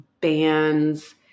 bands